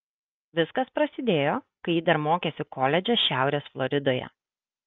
viskas prasidėjo kai ji dar mokėsi koledže šiaurės floridoje